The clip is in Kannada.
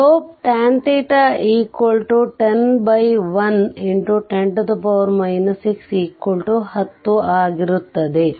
ಸ್ಲೋಪ್ tan101x10 6 10 ಆಗಿರುತ್ತದೆ